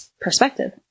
perspective